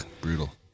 brutal